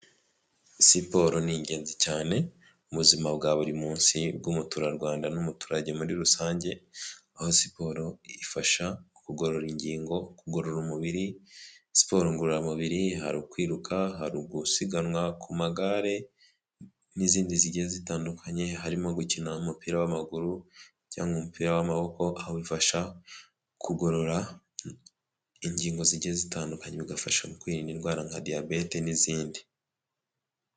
Siporo ni ingenzi cyane mu buzima bwa buri munsi bw'umuturarwanda n'umuturage muri rusange, aho siporo ifasha kugorora ingingo, kugorora umubiri, siporo ngororamubiri hari ukwiruka, hari ugusiganwa ku magare n'izindi zigiye zitandukanye, harimo gukina umupira w'amaguru cyangwa umupira w'amaboko, aho bifasha kugorora ingingo zigiye zitandukanye bigafasha mu kwirinda indwara nka diyabete n'izindi.